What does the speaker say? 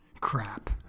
crap